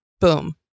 boom